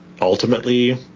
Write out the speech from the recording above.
ultimately